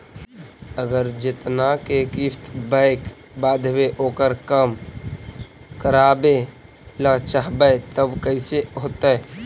अगर जेतना के किस्त बैक बाँधबे ओकर कम करावे ल चाहबै तब कैसे होतै?